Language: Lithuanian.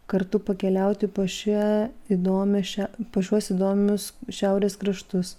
kartu pakeliauti po šią įdomią šią po šiuos įdomius šiaurės kraštus